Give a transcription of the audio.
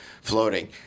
floating